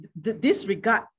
disregard